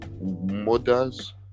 mothers